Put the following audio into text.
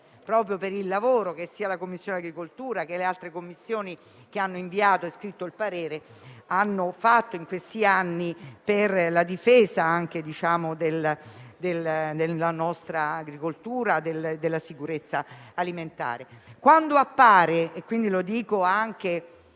proprio per il lavoro che sia la Commissione agricoltura, sia le altre Commissioni che hanno inviato il proprio parere hanno fatto in questi anni per la difesa della nostra agricoltura e della sicurezza alimentare. Quando appare questa richiesta?